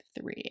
three